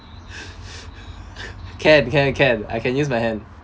can can can I can use my hand